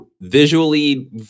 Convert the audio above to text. visually